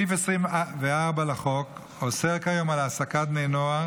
סעיף 24 לחוק אוסר כיום על העסקת בני נוער